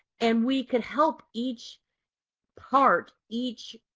and we could help each part, each